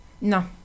no